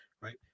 Right